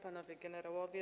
Panowie Generałowie!